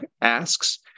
asks